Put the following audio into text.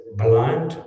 blind